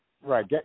Right